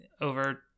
over